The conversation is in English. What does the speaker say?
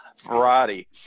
variety